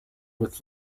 with